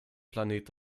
planet